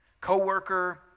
Coworker